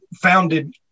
founded